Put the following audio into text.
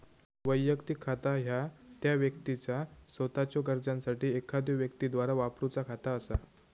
वैयक्तिक खाता ह्या त्या व्यक्तीचा सोताच्यो गरजांसाठी एखाद्यो व्यक्तीद्वारा वापरूचा खाता असा